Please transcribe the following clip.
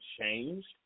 changed